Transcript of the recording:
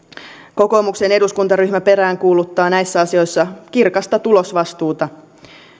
kokoomuksen eduskuntaryhmä peräänkuuluttaa näissä asioissa kirkasta tulosvastuuta